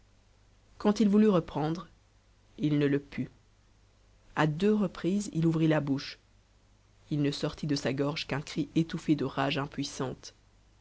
quand il voulut reprendre il ne le put à deux reprises il ouvrit la bouche il ne sortit de sa gorge qu'un cri étouffé de rage impuissante